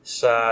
sa